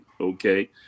okay